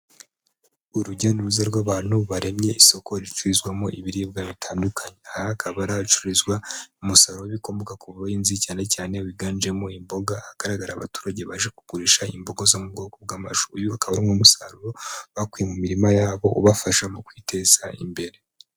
Urujya nuruza rw'abantu baremye isoko ricuruzwamo ibiribwa bitandukanye, aha hakaba ari ahacururizwa umusaruro w'ibikomoka ku bahinzi cyanecyane wiganjemo imboga ahagaragara abaturage baje kugurisha imbogo zo mu bwoko bw'amashu, uyu akaba ari wo umusaruro bakuye mu mirima yabo ubafasha mu kwiteza imbere.